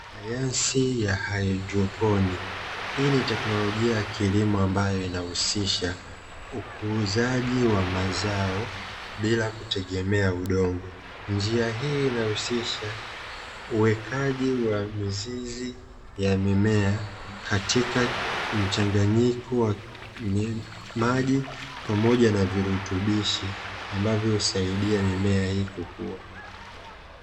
Sayansi ya haidroponi, hii ni teknolojia ya kilimo ambayo inahusisha ukuzaji wa mazao bila ya kutegemea udongo, njia hii inahusisha uwekaji wa mizizi ya mimea katika mchanganyiko wa maji pamoja na virutubishi, ambavyo husaidia mimea hii kukua.